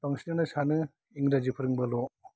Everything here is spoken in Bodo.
बांसिनआनो सानो इंराजि फोरोंबाल'